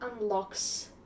unlocks